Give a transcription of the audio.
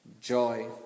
joy